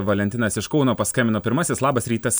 valentinas iš kauno paskambino pirmasis labas rytas